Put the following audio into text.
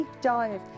dive